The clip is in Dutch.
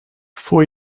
voor